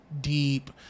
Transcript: deep